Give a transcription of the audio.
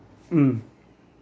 mm